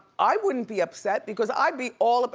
i wouldn't be upset, because i'd be all up,